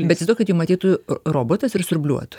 bet įsivaizduokit jum ateitų robotas ir siurbliuotų